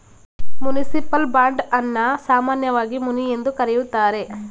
municipal bond ಅನ್ನ ಸಾಮಾನ್ಯವಾಗಿ ಮುನಿ ಎಂದು ಕರೆಯುತ್ತಾರೆ